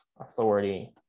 authority